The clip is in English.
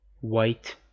white